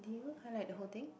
did you highlight the whole thing